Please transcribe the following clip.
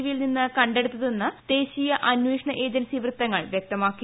വിയിൽ നീന്ന് കണ്ടെടുത്തതെന്ന് ദേശീയ അന്വേഷണ ഏജൻസി വൃത്തങ്ങൾ വ്യക്തമാക്കി